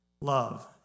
Love